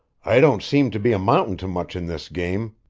i don't seem to be amountin' to much in this game.